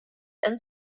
and